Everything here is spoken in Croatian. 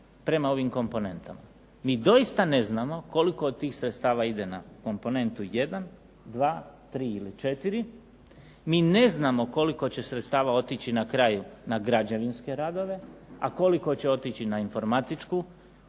prema ovim komponentama. Mi doista ne znamo koliko tih sredstava ide na komponentu 1, 2, 3 ili 4, mi ne znamo koliko će sredstava na kraju otići na građevinske radove, a koliko će otići na informatičku